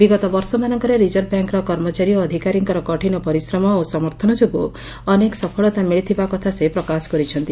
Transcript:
ବିଗତ ବର୍ଷମାନଙ୍କରେ ରିଜର୍ଭ ବ୍ୟାଙ୍କର କର୍ମଚାରୀ ଓ ଅଧିକାରୀଙ୍କର କଠିନ ପରିଶ୍ରମ ଓ ସମର୍ଥନ ଯୋଗୁଁ ଅନେକ ସଫଳତା ମିଳିଥିବା କଥା ସେ ପ୍ରକାଶ କରିଛନ୍ତି